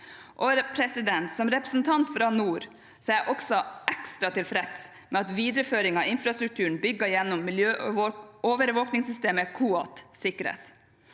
Som representant fra nord er jeg ekstra tilfreds med at videreføring av infrastrukturen bygget gjennom miljøovervåkningssystemet COAT sikres.